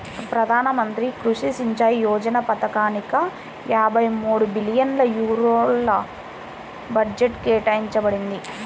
ప్రధాన మంత్రి కృషి సించాయ్ యోజన పథకానిక యాభై మూడు బిలియన్ యూరోల బడ్జెట్ కేటాయించబడింది